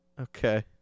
Okay